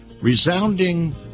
resounding